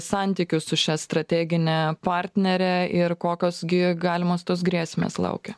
santykių su šia strategine partnere ir kokios gi galimos tos grėsmės laukia